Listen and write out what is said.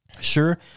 Sure